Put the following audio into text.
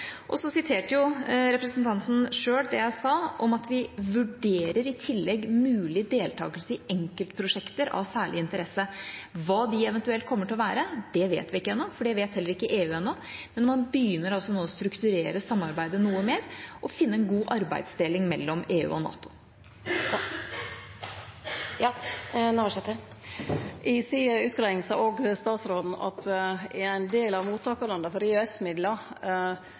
industri. Så siterte representanten selv det jeg sa om at vi vurderer i tillegg «mulig deltakelse» i enkeltprosjekter «av særlig interesse». Hva de eventuelt kommer til å være, vet vi ikke ennå, for det vet heller ikke EU ennå, men man begynner nå å strukturere samarbeidet noe mer og finne en god arbeidsdeling mellom EU og NATO. I si utgreiing sa òg utanriksministeren at i ein del av mottakarlanda for